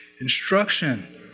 instruction